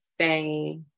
say